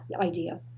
idea